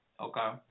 Okay